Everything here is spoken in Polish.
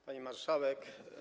Pani Marszałek!